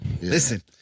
Listen